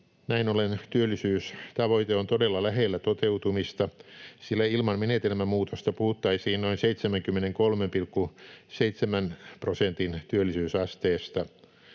Näin ollen työllisyystavoite on todella lähellä toteutumista, sillä ilman menetelmämuutosta puhuttaisiin noin 73,7 prosentin työllisyysasteesta.